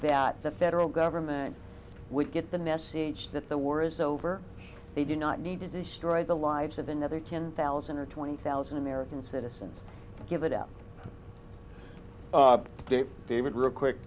that the federal government would get the message that the war is over they do not need to destroy the lives of another ten thousand or twenty thousand american citizens give it up david real quick